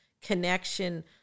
connection